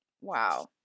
Wow